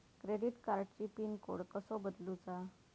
Credit कार्डची pin code कसो बदलुचा?